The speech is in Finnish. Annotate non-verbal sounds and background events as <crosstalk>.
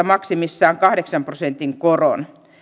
<unintelligible> maksimissaan kahdeksan prosentin koron